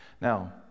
Now